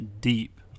deep